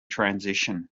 transition